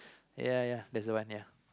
ya ya that's the one ya